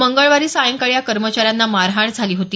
मंगळवारी सायंकाळी या कर्मचाऱ्यांना मारहाण झाली होती